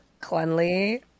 cleanly